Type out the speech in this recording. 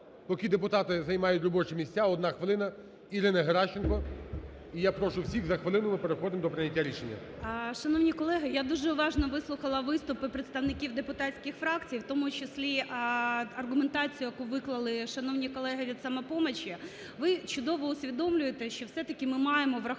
поки депутати займають робочі місця, одна хвилина, Ірина Геращенко. І я прошу всіх, за хвилину ми переходимо до прийняття рішення. 10:58:25 ГЕРАЩЕНКО І.В. Шановні колеги! Я дуже уважно вислухала виступи представників депутатських фракцій, в тому числі аргументацію, яку виклали шановні колеги від "Самопомочі". Ви чудово усвідомлюєте, що все-таки ми маємо враховувати